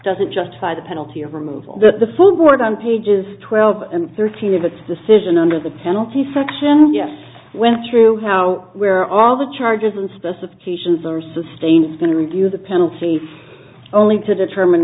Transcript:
doesn't justify the penalty of removal the full board on pages twelve and thirteen of it's decision under the penalty section yes went through how where all the charges and specifications are sustained been reviewed the penalty for only to determine